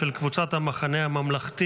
שהן של קבוצת סיעת המחנה הממלכתי,